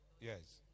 Yes